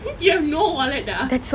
you have no wallet ah